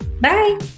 Bye